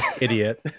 idiot